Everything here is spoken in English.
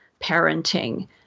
parenting